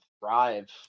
thrive